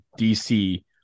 dc